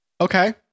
Okay